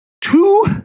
two